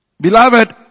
Beloved